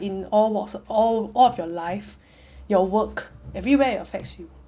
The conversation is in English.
in all in all of your life your work everywhere it affects you